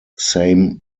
same